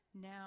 Now